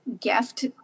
gift